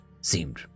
seemed